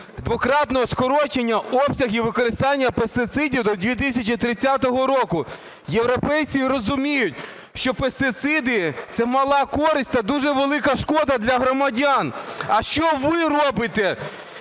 двократного скорочення обсягів використання пестицидів до 2030 року. Європейці розуміють, що пестициди – це мала користь та дуже велика шкода для громадян. А що ви робите?!